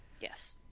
Yes